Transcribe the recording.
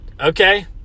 Okay